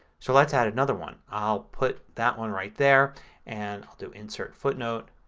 so let's add another one. i'll put that one right there and i'll do insert, footnote.